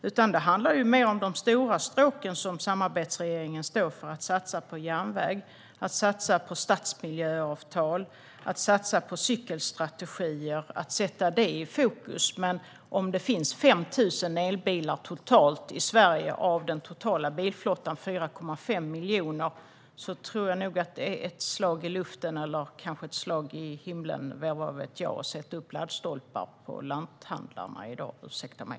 Samarbetsregeringen står för de stora stråken, att satsa på järnväg, stadsmiljöavtal och cykelstrategier, som vi sätter i fokus. Om det i Sverige finns 5 000 elbilar av den totala bilflottan om 4,5 miljoner bilar är det nog ett slag i luften - eller ett slag i himlen; vad vet jag? - att sätta upp laddstolpar hos lanthandlarna i dag. Ursäkta mig.